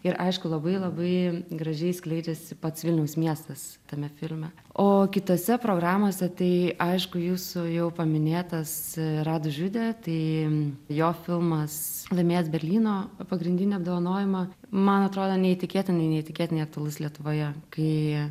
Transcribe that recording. ir aišku labai labai gražiai skleidžiasi pats vilniaus miestas tame filme o kitose programose tai aišku jūsų jau paminėtas rad žiudė tai jo filmas laimėjęs berlyno pagrindinį apdovanojimą man atrodo neįtikėtinai neįtikėtinai aktualus lietuvoje kai